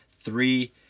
three